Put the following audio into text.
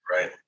right